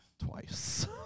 twice